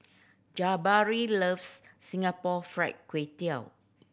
Jabari loves Singapore Fried Kway Tiao